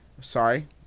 Sorry